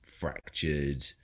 fractured